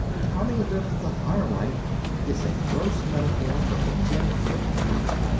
tommy lived the higher life is a gross metaphor from a ten-foot rule.